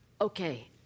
Okay